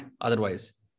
otherwise